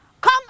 Come